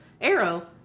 Arrow